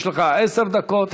יש לך עשר דקות,